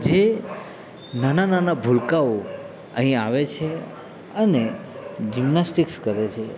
જે નાના નાના ભૂલકાઓ અહીંયા આવે છે અને જિમ્નાસ્ટિક્સ કરે છે એની